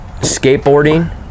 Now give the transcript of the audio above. skateboarding